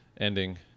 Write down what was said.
ending